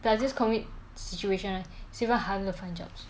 plus this COVID situation is even harder to find jobs